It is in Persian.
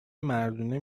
مردونه